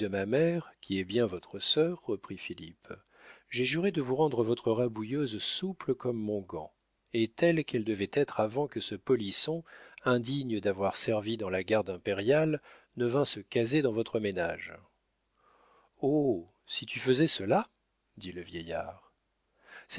ma mère qui est bien votre sœur reprit philippe j'ai juré de vous rendre votre rabouilleuse souple comme mon gant et telle qu'elle devait être avant que ce polisson indigne d'avoir servi dans la garde impériale ne vînt se caser dans votre ménage oh si tu faisais cela dit le vieillard